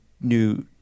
new